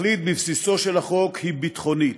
התכלית בבסיסו של החוק היא ביטחונית,